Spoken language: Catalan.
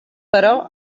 però